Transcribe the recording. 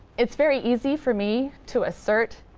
it's very easy for me to assert